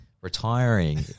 retiring